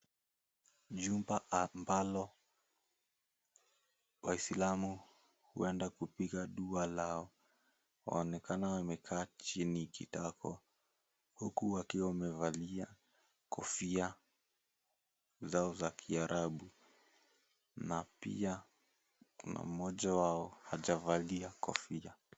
Jumba ambalo waislamu huenda kupiga dua lao. Waonekana wamekaa chini kitako huku wakiwa wamevalia kofia zao za Kiarabu na pia kuna mmoja wao hajavalia kofia.